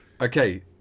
Okay